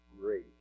great